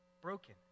Broken